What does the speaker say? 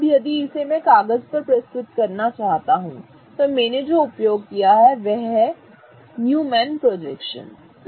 अब यदि मैं इसे कागज पर प्रस्तुत करना चाहता हूं तो मैंने जो उपयोग किया है उसे न्यूमैन प्रोजेक्शन कहा जाता है ठीक है